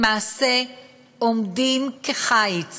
למעשה עומדים כחיץ